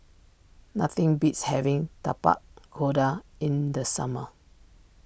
nothing beats having Tapak Kuda in the summer